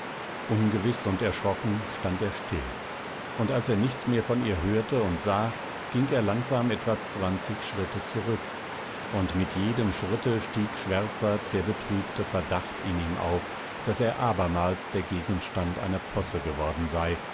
ungewiß und erschrocken stand er still und als er nichts mehr von ihr hörte und sah ging er langsam etwa zwanzig schritte zurück und mit jedem schritte stieg schwärzer der betrübte verdacht in ihm auf daß er abermals der gegenstand einer posse geworden sei